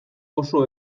oso